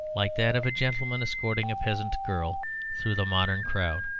like that of a gentleman escorting a peasant girl through the modern crowd.